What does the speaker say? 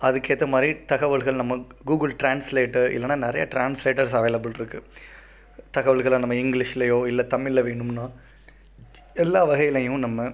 அதுக்கேற்ற மாதிரி தகவல்கள் நம்ம கூகுள் ட்ரான்ஸ்லேட்டர் இல்லைனா நிறைய ட்ரான்ஸ்லேட்டர்ஸ் அவைலபில் இருக்குது தகவல்கள நம்ம இங்கிலிஷ்லியோ இல்லை தமிழில் வேணும்னா எல்லா வகையிலேயும் நம்ம